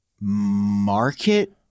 market